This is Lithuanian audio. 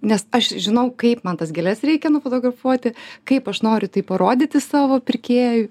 nes aš žinau kaip man tas gėles reikia nufotografuoti kaip aš noriu tai parodyti savo pirkėjui